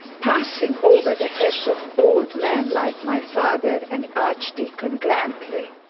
passing over the heads of old men like my father and archdeacon grantly